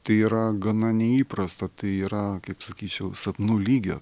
tai yra gana neįprasta tai yra kaip sakyčiau sapnų lygio